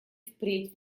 впредь